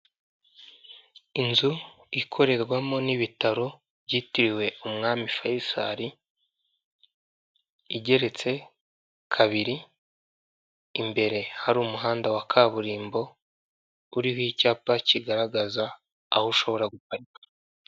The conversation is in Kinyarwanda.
Inzu ikorerwamo n'ibitaro byitiriwe umwami fayisari, igeretse kabiri, imbere hari umuhanda wa kaburimbo, uriho icyapa kigaragaza aho ushobora guparika.